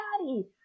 Daddy